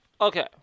Okay